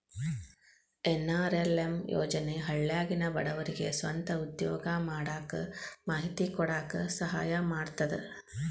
NRLM ಯೋಜನೆ ಹಳ್ಳ್ಯಾಗಿನ ಬಡವರಿಗೆ ಸ್ವಂತ ಉದ್ಯೋಗಾ ಮಾಡಾಕ ಮಾಹಿತಿ ಕೊಡಾಕ ಸಹಾಯಾ ಮಾಡ್ತದ